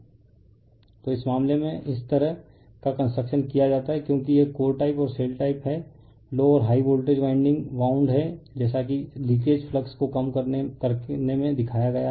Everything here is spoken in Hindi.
रिफर स्लाइड टाइम 1818 तो इस मामले में इस तरह का कंस्ट्रक्शन किया जाता है क्योंकि यह कोर टाइप और शेल टाइप है लो और हाई वोल्टेज वाइंडिंग वाउंड हैं जैसा कि लीकेज फ्लक्स को कम करने में दिखाया गया है